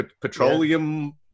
petroleum